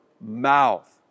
mouth